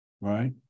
Right